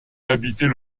habitait